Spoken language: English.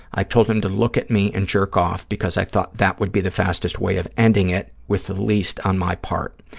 i told him to look at me and jerk off because i thought that would be the fastest way of ending it with the least on my part.